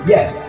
Yes